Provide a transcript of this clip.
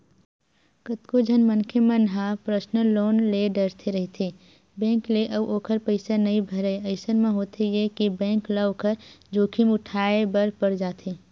कतको झन मनखे मन ह पर्सनल लोन ले डरथे रहिथे बेंक ले अउ ओखर पइसा नइ भरय अइसन म होथे ये के बेंक ल ओखर जोखिम उठाय बर पड़ जाथे